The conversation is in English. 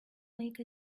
make